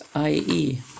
ie